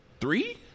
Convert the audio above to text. three